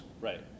Right